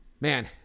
man